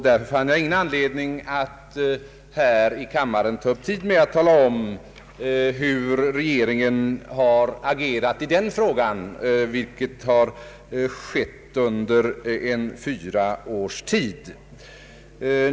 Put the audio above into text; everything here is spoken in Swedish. Därför fann jag ingen anledning att här i kammaren ta upp tid med att tala om hur regeringen har agerat i den frågan under fyra års tid.